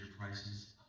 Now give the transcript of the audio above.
prices